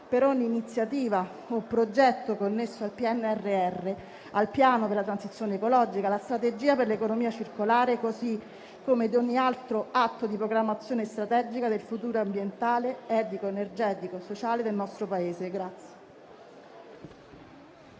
per ogni iniziativa o progetto connesso al PNRR, al piano della transizione ecologica, alla strategia per l'economia circolare, così come a ogni altro atto di programmazione strategica del futuro ambientale, etico, energetico e sociale del nostro Paese.